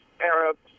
Arabs